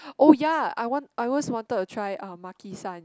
oh ya I want I always wanted to try uh Makisan